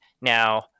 Now